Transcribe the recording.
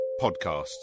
podcasts